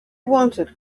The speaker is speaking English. wanted